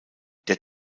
der